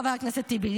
חבר הכנסת טיבי,